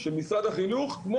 אף אחד לא לקח אותי.